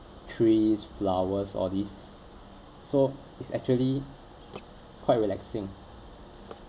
trees flowers all these so it's actually quite relaxing